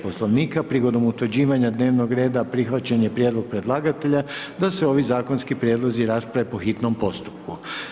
Poslovnika prigodom utvrđivanja dnevnog reda prihvaćen je prijedlog predlagatelja da se ovi zakonski prijedlozi rasprave po hitnom postupku.